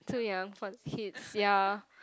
too young for the kids ya